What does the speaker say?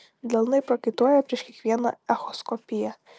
delnai prakaituoja prieš kiekvieną echoskopiją